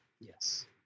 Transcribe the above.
yes